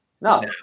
No